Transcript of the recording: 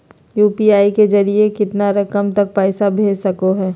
UPI के जरिए कितना रकम तक पैसा भेज सको है?